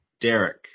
Derek